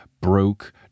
broke